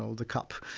so the cup,